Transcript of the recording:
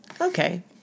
Okay